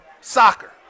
soccer